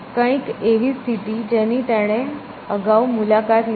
કંઈક એવી સ્થિતિ જેની તેણે અગાઉ મુલાકાત લીધી છે